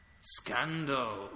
Scandal